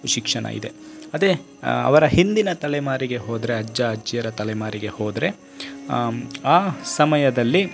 ಶಿಕ್ಷಣ ಇದೆ ಅದೇ ಅವರ ಹಿಂದಿನ ತಲೆಮಾರಿಗೆ ಹೋದರೆ ಅಜ್ಜ ಅಜ್ಜಿಯರ ತಲೆಮಾರಿಗೆ ಹೋದರೆ ಆ ಸಮಯದಲ್ಲಿ